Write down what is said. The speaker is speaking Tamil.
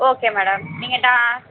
ஓகே மேடம் நீங்கள் தா